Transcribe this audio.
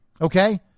Okay